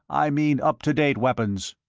i mean up-to-date weapons.